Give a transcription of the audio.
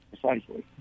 Precisely